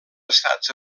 estats